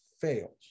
fails